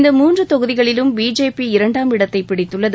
இந்த மூன்று தொகுதிகளிலும் பிஜேபி இரண்டாம் இடத்தைப் பிடித்துள்ளது